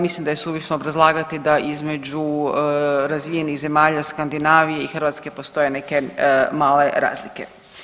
Mislim da je suvišno obrazlagati da između razvijenih zemalja Skandinavije i Hrvatske postoje neke male razlike.